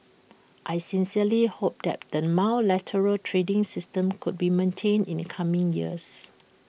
I sincerely hope that the multilateral trading system could be maintained in the coming years